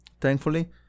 thankfully